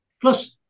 Plus